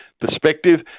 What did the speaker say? perspective